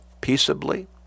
peaceably